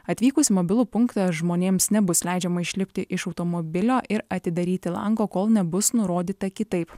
atvykus į mobilų punktą žmonėms nebus leidžiama išlipti iš automobilio ir atidaryti lango kol nebus nurodyta kitaip